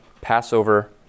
Passover